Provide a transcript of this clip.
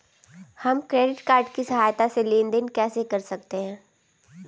हम credit card की सहायता से लेन देन कैसे कर सकते हैं?